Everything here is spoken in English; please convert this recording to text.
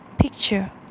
picture